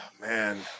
Man